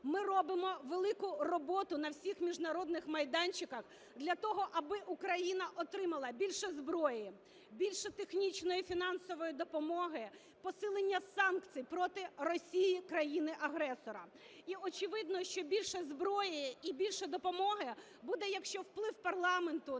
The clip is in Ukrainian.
Ми робимо велику роботу на всіх міжнародних майданчиках для того, аби Україна отримала більше зброї, більше технічної і фінансової допомоги, посилення санкцій проти Росії-країни агресора. І очевидно, що більше зброї і більше допомоги буде, якщо вплив парламенту